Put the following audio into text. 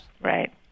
Right